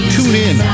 TuneIn